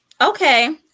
Okay